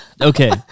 okay